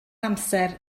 amser